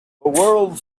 world